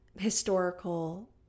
historical